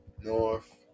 north